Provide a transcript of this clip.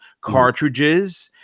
cartridges